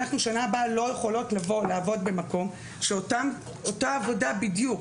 בשנה הבאה אנחנו לא יכולות לעבוד במקום הזה זאת אותה עבודה בדיוק,